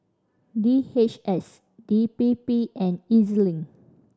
D H S D P P and E Z Link